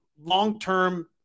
long-term